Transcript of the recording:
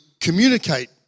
communicate